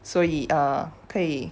所以 err 可以